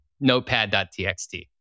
notepad.txt